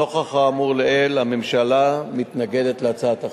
נוכח האמור לעיל, הממשלה מתנגדת להצעת החוק.